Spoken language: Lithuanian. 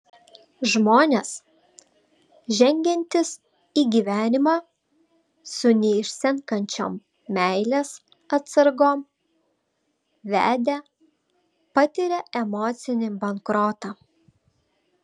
žmonės žengiantys į gyvenimą su neišsenkančiom meilės atsargom vedę patiria emocinį bankrotą